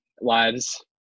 lives